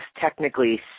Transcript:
technically